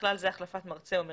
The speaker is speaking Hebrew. ובכלל זה החלפת מרצה או מרכז,